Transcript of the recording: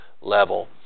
level